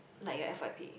like your F_Y_P